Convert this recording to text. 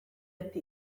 ati